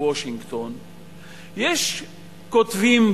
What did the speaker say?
יש כותבים,